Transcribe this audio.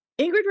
Ingrid